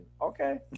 Okay